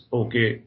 okay